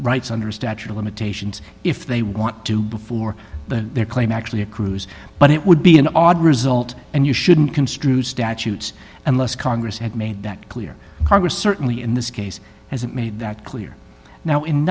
rights under a statute of limitations if they want to before but their claim actually accrues but it would be an odd result and you shouldn't construe statutes unless congress had made that clear congress certainly in this case hasn't made that clear now in